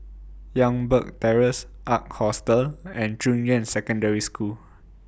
Youngberg Terrace Ark Hostel and Junyuan Secondary School